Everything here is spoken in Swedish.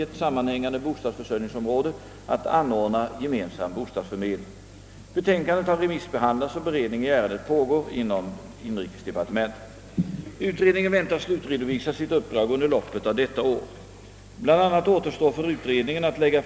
1962 års bostadsförmedlingsutredning lade i september 1965 fram ett betänkande om gemensamma bostadsförmedlingar.